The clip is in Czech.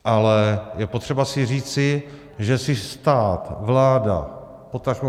Ale je potřeba si říci, že když si stát, vláda, potažmo